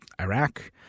Iraq